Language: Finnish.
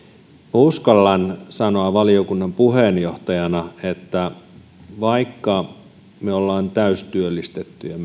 uskallan sanoa valiokunnan puheenjohtajana että vaikka me olemme täystyöllistettyjä